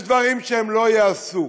יש דברים שהם לא ייעשו,